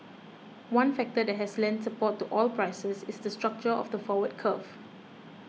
one factor that has lent support to oil prices is the structure of the forward curve